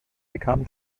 bekam